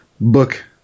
book